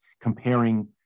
comparing